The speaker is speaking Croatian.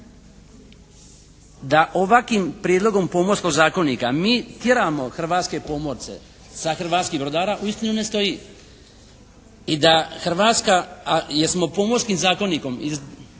Da ovakvim prijedlogom Pomorskog zakonika mi tjeramo hrvatske pomorce sa hrvatskih brodara uistinu ne stoji i da Hrvatska, a jer smo Pomorskim zakonikom iz